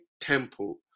temple